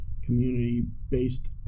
community-based